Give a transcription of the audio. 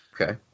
Okay